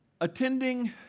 Attending